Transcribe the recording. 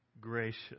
gracious